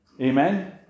Amen